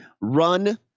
Run